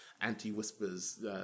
anti-whispers